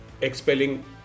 expelling